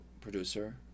producer